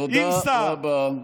תודה רבה.